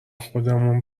خودمون